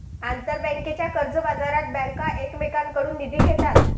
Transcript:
आंतरबँकेच्या कर्जबाजारात बँका एकमेकांकडून निधी घेतात